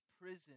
prison